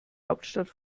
hauptstadt